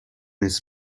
his